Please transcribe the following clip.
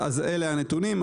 אז אלה הנתונים.